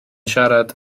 siarad